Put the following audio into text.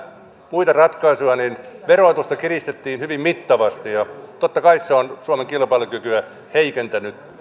muita ratkaisuja niin verotusta kiristettiin hyvin mittavasti ja totta kai se on suomen kilpailukykyä heikentänyt